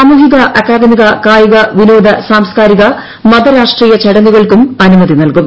സാമൂഹിക അക്കാദമിക കായിക വിനോദ സാംസ്കാരിക മത രാഷ്ടീയ ചടങ്ങുകൾക്കും അനുമതി നൽകും